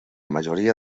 majoria